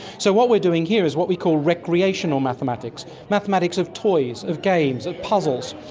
so what we are doing here is what we call recreational mathematics, mathematics of toys, of games, of puzzles.